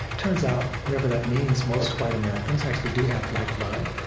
turns out, whatever that means, most white americans actually do have black blood.